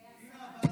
הינה,